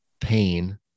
pain